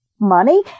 money